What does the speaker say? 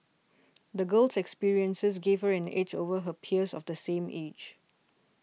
the girl's experiences gave her an edge over her peers of the same age